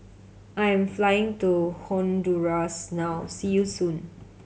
I'm flying to Honduras now see you soon